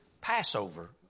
Passover